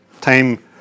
time